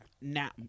now